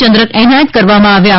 ચંદ્રક એનાયત કરવામાં આવ્યાં